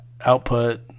output